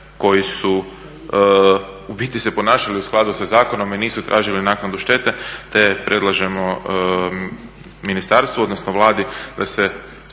koji su u biti se ponašali u skladu sa zakonom i nisu tražili naknadu štete, te predlažemo ministarstvu, odnosno Vladi da se